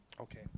Okay